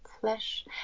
flesh